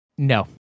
No